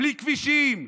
בלי כבישים,